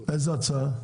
איזו הצעה?